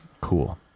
Cool